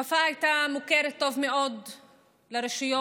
ופאא הייתה מוכרת טוב מאוד לרשויות,